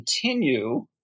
continue